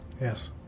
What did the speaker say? yes